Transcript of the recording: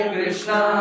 Krishna